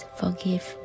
forgive